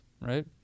right